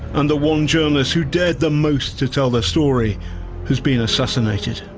and the one journalist who dared the most to tell their story has been assassinated.